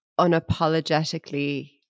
unapologetically